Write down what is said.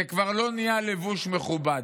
זה כבר לא נהיה לבוש מכובד.